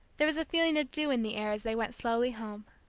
there was a feeling of dew in the air as they went slowly home.